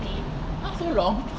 !huh! so long